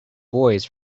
boys